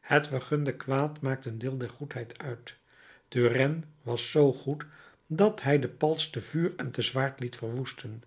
het vergunde kwaad maakt een deel der goedheid uit turenne was zoo goed dat hij den palz te vuur en te zwaard liet verwoesten